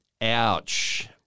ouch